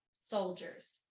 soldiers